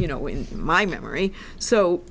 you know in my memory so